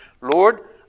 Lord